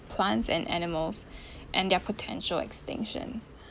plants and animals and their potential extinction